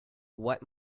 what